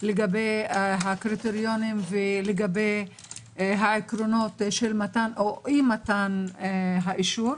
לגבי הקריטריונים ולגבי העקרונות של אי-מתן האישור,